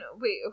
wait